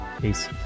peace